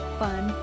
fun